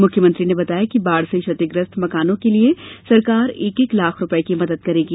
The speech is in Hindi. मुख्यमंत्री ने बताया कि बाढ़ से क्षतिग्रस्त मकानों के लिये सरकार एक एक लाख रूपये की मदद करेगी